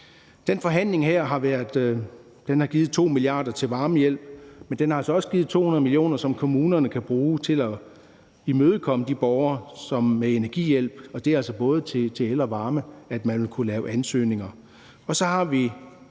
Den forhandling her har givet 2 mia. kr. til varmehjælp, men den har altså også givet 200 mio. kr., som kommunerne kan bruge til at imødekomme de borgere med energihjælp, og det er altså både til el og varme, man vil kunne lave ansøgninger.